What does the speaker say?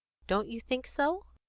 don't you think so?